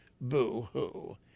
Boo-hoo